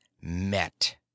met